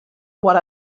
what